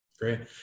Great